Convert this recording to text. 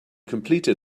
completed